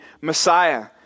Messiah